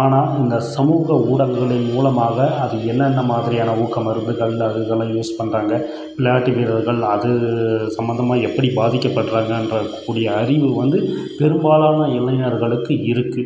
ஆனால் இந்த சமூக ஊடங்களின் மூலமாக அது என்னென்ன மாதிரியான ஊக்க மருந்துகள் அது இதலாம் யூஸ் பண்ணுறாங்க விளையாட்டு வீரர்கள் அது சம்பந்தமா எப்படி பாதிக்கப்படுறாங்க என்ற கூடிய அறிவு வந்து பெரும்பாலான இளைஞர்களுக்கு இருக்கு